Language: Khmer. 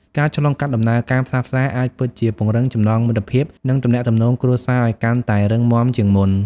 ការឆ្លងកាត់ដំណើរការផ្សះផ្សា អាចពិតជាពង្រឹងចំណងមិត្តភាព និងទំនាក់ទំនងគ្រួសារឱ្យកាន់តែរឹងមាំជាងមុន។